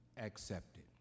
accepted